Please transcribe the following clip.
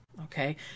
Okay